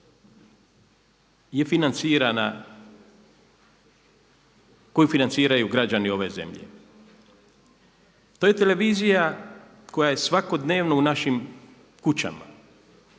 koja je financirana koju financiraju građani ove zemlje. To je televizija koja je svakodnevno u našim kućama,